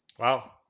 Wow